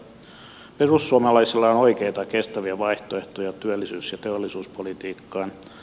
perussuomalaisilla on oikeita kestäviä vaihtoehtoja työllisyys ja teollisuuspolitiikkaan